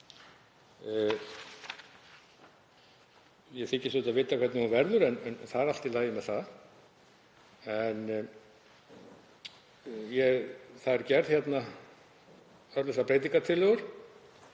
Ég þykist vita hvernig hún verður en það er allt í lagi. Það eru gerðar hér örlitlar breytingartillögur